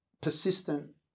persistent